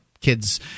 kids